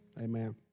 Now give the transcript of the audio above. Amen